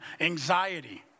anxiety